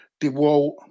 DeWalt